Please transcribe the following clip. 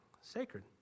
Sacred